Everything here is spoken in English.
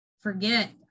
forget